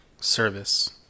service